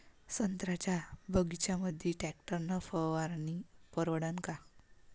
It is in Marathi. संत्र्याच्या बगीच्यामंदी टॅक्टर न फवारनी परवडन का?